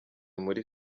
muri